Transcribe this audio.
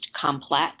complex